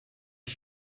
ich